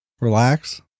relax